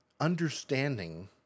understanding